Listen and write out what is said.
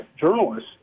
journalists